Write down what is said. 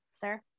sir